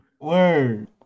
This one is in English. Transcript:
Word